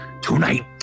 tonight